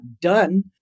done